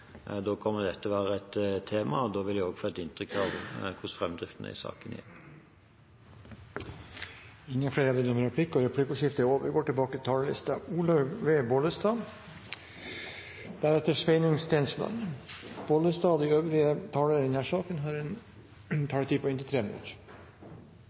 Da kommer dette til å være et tema, og da vil jeg også få et inntrykk av hvordan framdriften er i saken i EU. Replikkordskiftet er omme. De talere som heretter får ordet, har en taletid på inntil